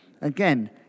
Again